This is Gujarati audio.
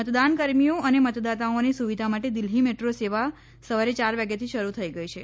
મતદાન કર્મીઓ અને મતદાતાઓની સુવિધા માટે દિલ્હી મેટ્રો સેવા સવારે ચાર વાગ્યાથી શરૂ થઇ ગઇ છે